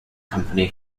company